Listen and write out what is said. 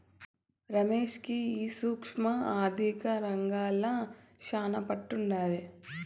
రమేష్ కి ఈ సూక్ష్మ ఆర్థిక రంగంల శానా పట్టుండాది